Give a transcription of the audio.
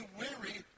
weary